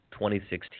2016 –